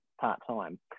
part-time